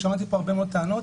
שמעתי פה הרבה טענות